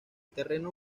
terreno